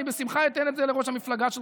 ואני בשמחה אתן את זה לראש המפלגה שלך,